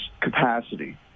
capacity